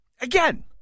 Again